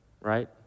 right